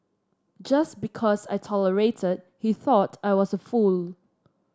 just because I tolerated he thought I was a fool